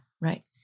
right